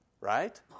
Right